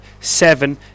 seven